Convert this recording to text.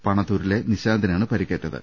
പാണത്തൂരിലെ നിശാന്തിനാണ് പരിക്കേറ്റത്